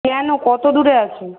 কেন কত দূরে আছো